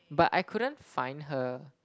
but I couldn't find her